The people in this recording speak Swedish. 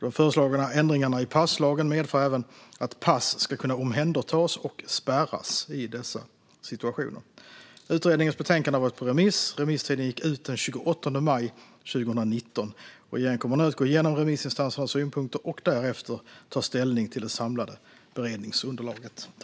De föreslagna ändringarna i passlagen medför även att pass ska kunna omhändertas och spärras i dessa situationer. Utredningens betänkande har varit på remiss. Remisstiden gick ut den 28 maj 2019. Regeringen kommer nu att gå igenom remissinstansernas synpunkter och därefter ta ställning till det samlade beredningsunderlaget.